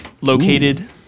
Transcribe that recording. located